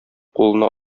кулына